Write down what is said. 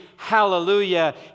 Hallelujah